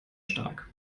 stark